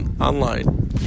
online